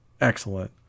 excellent